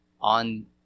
on